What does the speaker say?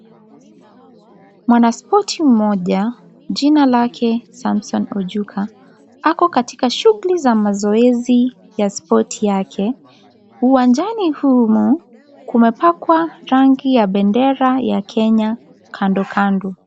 Mwanaspoti mmoja jina lake Sansom Ojuka ako katika shuguli za mazoezi ya spoti yake, uwanjani humo kumepakwa rangi ya bendera ya Kenya kando kando.